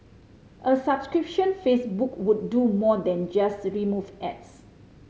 a subscription Facebook would do more than just remove ads